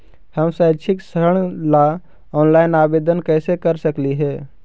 हम शैक्षिक ऋण ला ऑनलाइन आवेदन कैसे कर सकली हे?